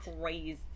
Crazy